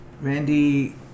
Randy